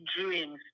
dreams